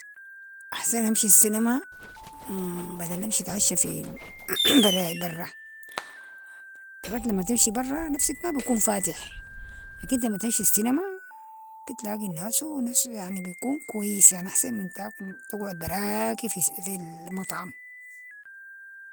احسن امشي السنما بدل امشي اتعشى في ال براي برا، براك لما تمشي برا نفسك ما بكون فاتح، لكن انت لما تمشي الشنما بتلاقي الناس و نفسو يعني بتكون كويس، يعني أحسن من تاكل و تقعد براكي في المطعم.